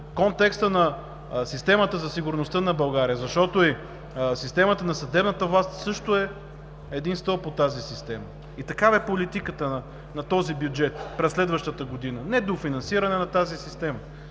контекста на системата за сигурността на България, защото и системата на съдебната власт също е един стълб от тази система. И такава е политиката на този бюджет през следващата година – недофинансиране на тази система